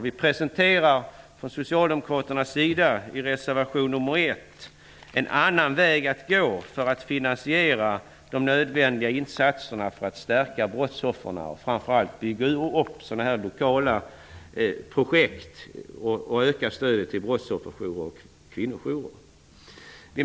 Vi presenterar från socialdemokraterns sida i reservation 1 en annan väg att gå för att finansiera de nödvändiga insatserna för att stärka brottsoffrens ställning och bygga upp lokala projekt samt öka stödet till brottsofferjourer och kvinnojourer.